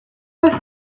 with